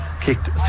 kicked